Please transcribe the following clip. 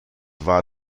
war